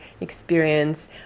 experience